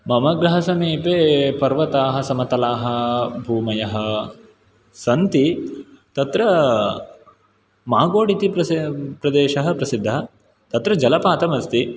मम गृहसमीपे पर्वताः समतलाः भूमयः सन्ति तत्र मागोडु इति प्रस प्रदेशः प्रसिद्धः तत्र जलपातमस्ति